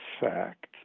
fact